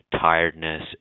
tiredness